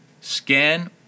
Scan